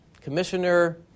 commissioner